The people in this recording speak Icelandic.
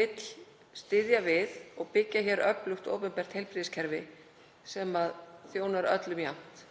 vill styðja við og byggja hér öflugt opinbert heilbrigðiskerfi sem þjónar öllum jafnt.